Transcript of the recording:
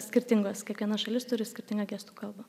skirtingos kiekviena šalis turi skirtingą gestų kalbą